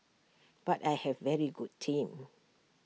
but I have A very good team